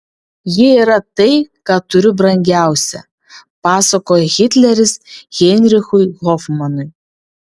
ji yra tai ką turiu brangiausia pasakojo hitleris heinrichui hofmanui